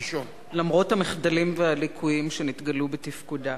למרות המחדלים והליקויים שנגלו בתפקודה.